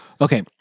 Okay